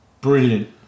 Brilliant